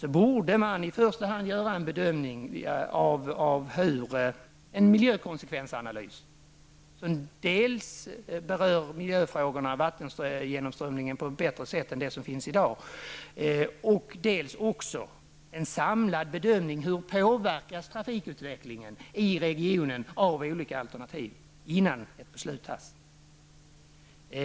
Analysen skall dels på ett bättre sätt än vad som i dag har gjorts undersöka miljöfrågorna, bl.a. vattengenomströmningen, dels göra en samlad bedömning av hur trafikutvecklingen i regionen påverkas av olika alternativ. Detta skall alltså göras innan ett beslut fattas.